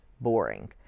boring